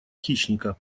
хищника